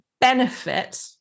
benefit